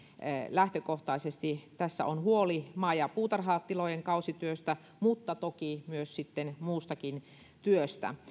lähtökohtaisesti tässä on huoli maa ja puutarhatilojen kausityöstä mutta toki myös sitten muustakin työstä